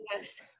yes